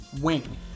Wing